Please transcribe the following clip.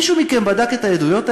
מישהו מכם בדק את העדויות האלה?